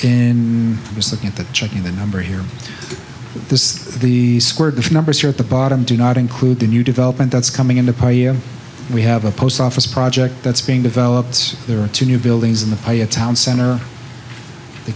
was looking at the checking the number here this is the squared numbers here at the bottom do not include the new development that's coming in the park we have a post office project that's being developed there are two new buildings in the pi a town center the